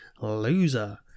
loser